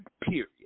Period